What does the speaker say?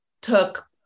took